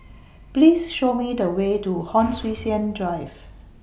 Please Show Me The Way to Hon Sui Sen Drive